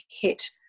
hit